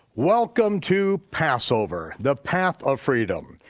welcome to passover, the path of freedom.